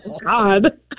God